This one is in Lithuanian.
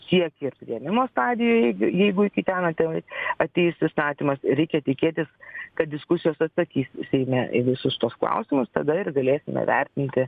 tiek ir priėmimo stadijoj jeigu jeigu iki ten atei ateis įstatymas reikia tikėtis kad diskusijos atsakys seime į visus tuos klausimus tada ir galėsime vertinti